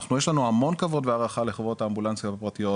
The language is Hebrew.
אנחנו יש לנו המון כבוד והערכה לחברות האמבולנסים הפרטיות,